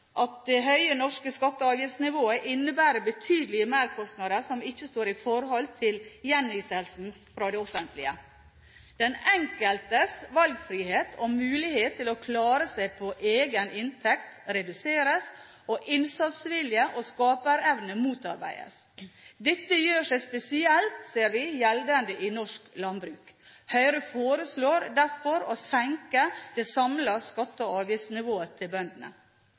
det høye norske skatte- og avgiftsnivået innebærer betydelige merkostnader som ikke står i forhold til gjenytelsene fra det offentlige. Den enkeltes valgfrihet og mulighet til å klare seg på egen inntekt reduseres, og innsatsvilje og skaperevne motarbeides. Dette gjør seg spesielt – ser vi – gjeldende i norsk landbruk. Høyre foreslår derfor å senke det samlede skatte- og avgiftsnivået for bøndene.